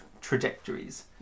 trajectories